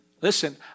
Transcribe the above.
Listen